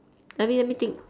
let me let me think